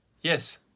Yes